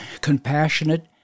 compassionate